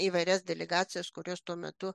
įvairias delegacijas kurios tuo metu